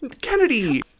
Kennedy